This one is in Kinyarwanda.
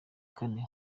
kane